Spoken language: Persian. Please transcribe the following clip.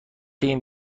این